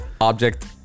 object